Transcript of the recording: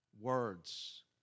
Words